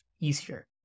easier